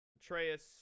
Atreus